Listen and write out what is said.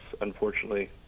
unfortunately